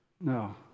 no